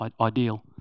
ideal